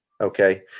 Okay